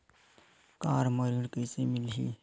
Car म ऋण कइसे मिलही?